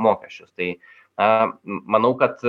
mokesčius tai a manau kad